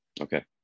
Okay